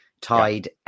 tied